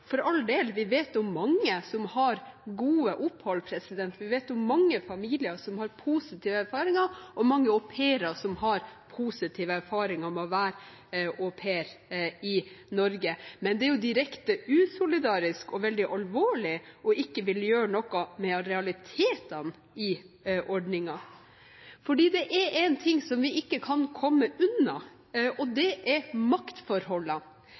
for all del, vi vet om mange som har gode opphold, vi vet om mange familier som har positive erfaringer, og mange au pairer som har positive erfaringer med å være au pair i Norge – men det er direkte usolidarisk og veldig alvorlig ikke å ville gjøre noe med realitetene i ordningen. For det er én ting vi ikke kan komme unna, og det er maktforholdene